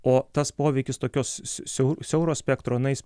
o tas poveikis tokios siau siauro spektro na jis